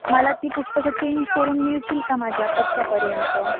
मला ती पुस्तकं चेंज करून मिळतील का माझ्या पत्त्यापर्यंत